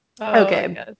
Okay